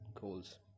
goals